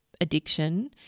addiction